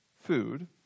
food